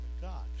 God